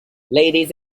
ladies